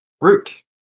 Root